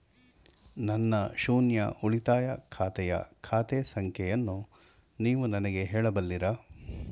ನನ್ನ ಶೂನ್ಯ ಉಳಿತಾಯ ಖಾತೆಯ ಖಾತೆ ಸಂಖ್ಯೆಯನ್ನು ನೀವು ನನಗೆ ಹೇಳಬಲ್ಲಿರಾ?